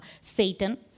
Satan